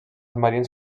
marins